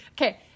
Okay